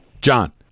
john